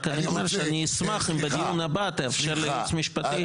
רק אני אומר שאני אשמח אם בדיון הבא תאפשר לייעוץ המשפטי